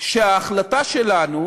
שההחלטה שלנו